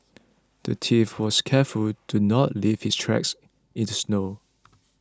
the thief was careful to not leave his tracks in the snow